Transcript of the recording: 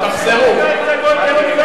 אתה מנהל את הישיבה הזאת בצורה לא מכובדת.